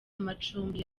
amacumbi